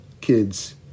Kids